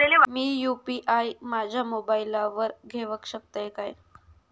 मी UPI माझ्या मोबाईलावर घेवक शकतय काय?